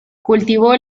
cultivó